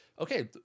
okay